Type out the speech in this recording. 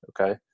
okay